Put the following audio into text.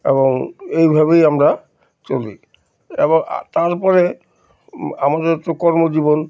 এবং এইভাবেই আমরা চলি এবং তারপরে আমাদের তো কর্মজীবন